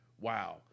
wow